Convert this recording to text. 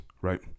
right